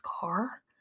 car